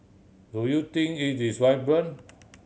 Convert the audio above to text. do you think it is vibrant